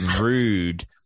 rude